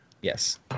Yes